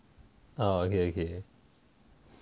err okay okay